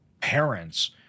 parents